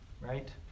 Right